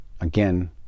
again